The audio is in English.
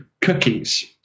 cookies